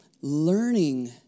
learning